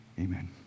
Amen